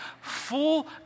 full